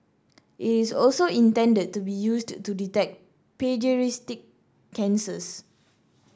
it's also intended to be used to detect paediatric cancers